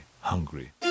hungry